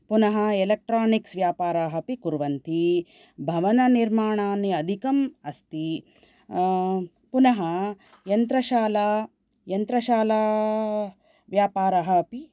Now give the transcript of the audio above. पुनः एलेक्ट्रानिक्स् व्यापाराः अपि कुर्वन्ति भवननिर्माणानि अधिकम् अस्ति पुनः यन्त्रशाला यन्त्रशालाव्यापारः अपि